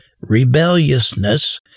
rebelliousness